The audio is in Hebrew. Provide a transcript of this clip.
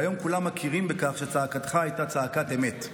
והיום כולם מכירים בכך שצעקתך הייתה צעקת אמת,